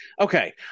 Okay